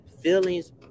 feelings